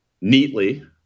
neatly